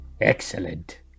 Excellent